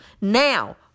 Now